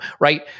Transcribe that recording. right